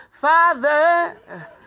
Father